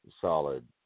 solid